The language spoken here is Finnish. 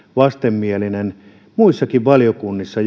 vastenmielinen muissakin valiokunnissa